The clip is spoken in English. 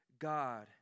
God